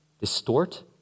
distort